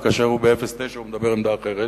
וכאשר הוא ב-09 הוא מדבר על עמדה אחרת,